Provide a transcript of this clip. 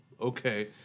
okay